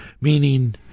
meaning